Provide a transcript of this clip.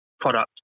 product